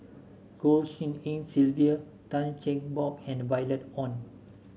Goh Tshin En Sylvia Tan Cheng Bock and Violet Oon